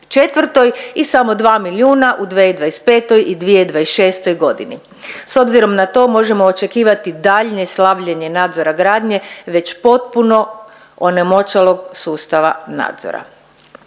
i samo 2 milijuna u 2025. i 2026.g.. S obzirom na to možemo očekivati daljnje slabljenje nadzora gradnje već potpuno onemoćalog sustava nadzora.